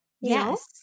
Yes